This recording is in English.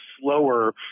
slower